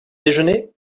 déjeuner